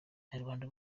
abanyarwanda